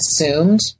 assumed